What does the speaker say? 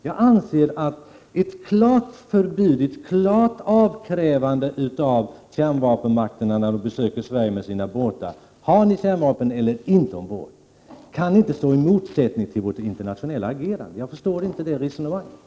Jag anser att ett klart förbud, ett avkrävande av klart besked från kärnvapenmakterna om de har eller inte har kärnvapen ombord, när de besöker Sverige med sina örlogsfartyg, inte kan stå i motsats till vårt internationella agerande. Jag förstår inte det resonemanget.